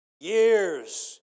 years